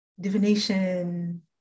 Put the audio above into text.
divination